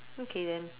okay then